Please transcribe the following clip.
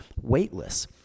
weightless